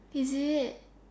is it